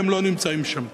והם לא נמצאים שם.